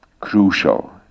crucial